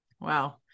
Wow